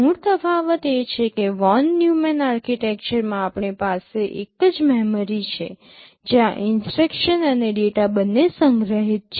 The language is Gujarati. મૂળ તફાવત એ છે કે વોન ન્યુમેન આર્કિટેક્ચરમાં આપણી પાસે એક જ મેમરી છે જ્યાં ઇન્સટ્રક્શન્સ અને ડેટા બંને સંગ્રહિત છે